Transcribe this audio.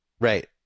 Right